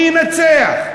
מי ינצח?